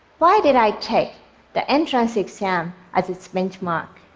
why did i take the entrance exam as its benchmark?